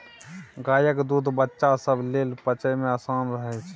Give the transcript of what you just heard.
गायक दूध बच्चा सब लेल पचइ मे आसान रहइ छै